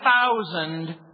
thousand